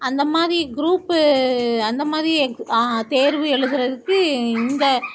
அந்த மாதிரி குரூப்பு அந்த மாதிரி ஆ தேர்வு எழுதுறதுக்கு இந்த